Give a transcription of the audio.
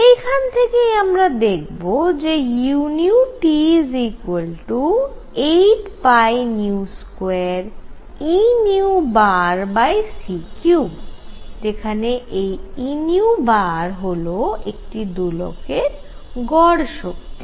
এইখান থেকেই আমরা দেখাব যে u 8π2Eνc3 যেখানে এই Eν হল একটি দোলকের গড় শক্তি